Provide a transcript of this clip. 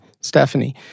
Stephanie